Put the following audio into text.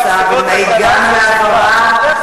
אצל אהוד ברק זו לא תקלה, זו שגרה.